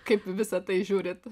kaip visa tai žiūrit